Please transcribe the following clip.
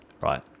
right